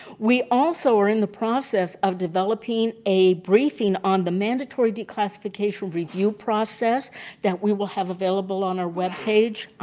we also are in the process of developing a briefing on the mandatory declassification review process that we will have available on our web page,